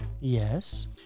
Yes